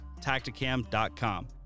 Tacticam.com